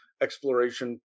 exploration